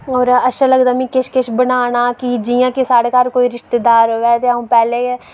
होर अच्छा लगदा मिगी किश किश बनाना की जि'यां कोई साढ़े घर रिश्तेदार आवै तां अं'ऊ पैह्लें गै